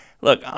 Look